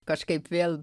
kažkaip vėl